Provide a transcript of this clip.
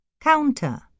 Counter